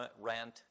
rent